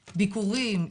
ביקורים.